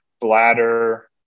bladder